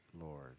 Lord